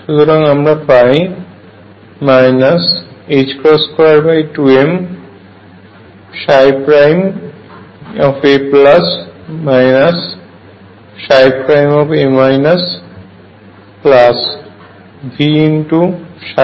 সুতরাং আমরা পাই 22ma a Vψa0